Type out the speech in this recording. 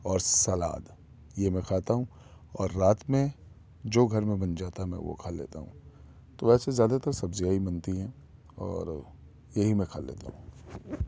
اور سلاد یہ میں کھاتا ہوں اور رات میں جو گھر میں بن جاتا ہے میں وہ کھا لیتا ہوں تو ویسے زیادہ تر سبزیاں ہی بنتی ہیں اور یہی میں کھا لیتا ہوں